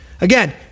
Again